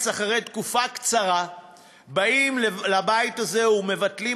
אחרי תקופה קצרה באים לבית הזה ומבטלים